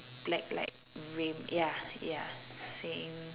black like rim ya ya same